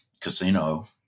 casino